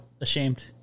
ashamed